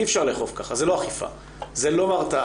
אי אפשר לאכוף ככה, זו לא אכיפה, זו לא התרעה.